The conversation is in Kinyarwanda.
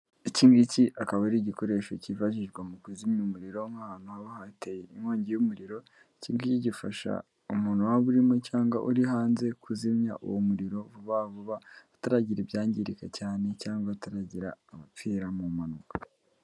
Iki ngiki akaba ari igikoresho kifashishwa mu kuzimya umuriro nk'ahantu haba hateye inkongi y'umuriro, iki ngiki gifasha umuntu waba urimo cyangwa uri hanze kuzimya uwo muriro vuba vuba, ataragira ibyangirika cyane cyangwahataragira abapfira mu mpanuka.